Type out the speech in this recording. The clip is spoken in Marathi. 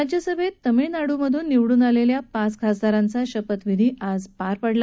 राज्यसभेवर तामिळनाडूतून निवडून आलेल्या पाच खासदारांचा शपथविधी आज पार पडला